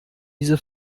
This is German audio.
diese